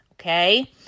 Okay